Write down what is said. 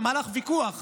במהלך ויכוח